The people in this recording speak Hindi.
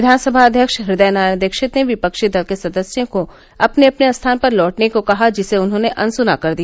विधानसभा अध्यक्ष हृदय नारायण दीक्षित ने विपक्षी दल के सदस्यों को अपने अपने स्थान पर लौटने को कहा जिसे उन्होंने अनसुना कर दिया